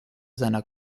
seiner